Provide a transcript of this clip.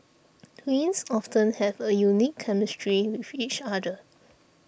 twins often have a unique chemistry with each other